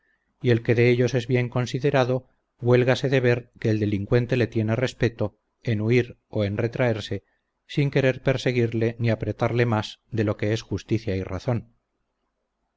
y el que de ellos es bien considerado huélgase de ver que el delincuente le tiene respeto en huir o en retraerse sin querer perseguirle ni apretarle más de lo que es justicia y razón